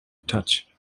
touch